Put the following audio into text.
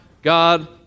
God